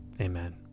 amen